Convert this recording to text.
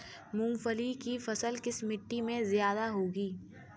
मूंगफली की फसल किस मिट्टी में ज्यादा होगी?